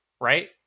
right